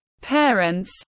parents